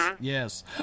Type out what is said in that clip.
Yes